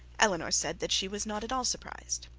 eleanor said that she was not at all surprised.